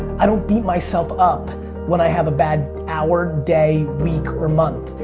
i don't beat myself up when i have a bad hour, day, week, or month.